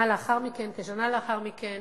כשנה לאחר מכן